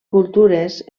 cultures